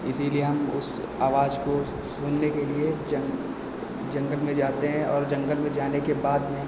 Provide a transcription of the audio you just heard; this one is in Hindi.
इसीलिए हम उस आवाज़ को सुनने के लिए जन जंगल में जाते हैं और जंगल में जाने के बाद